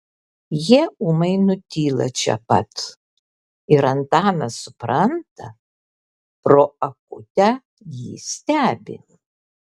jie ūmai nutyla čia pat ir antanas supranta pro akutę jį stebi